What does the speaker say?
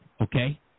Okay